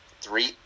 three